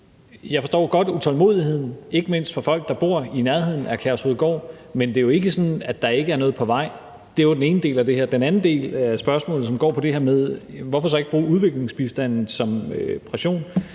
jeg forstår godt utålmodigheden, ikke mindst hos folk, der bor i nærheden af Kærshovedgård, men det er jo ikke sådan, at der ikke er noget på vej. Det var den ene del af det her. Den anden del af spørgsmålet går på det her med, hvorfor vi så ikke bruger udviklingsbistanden som pressionsmiddel.